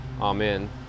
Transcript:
Amen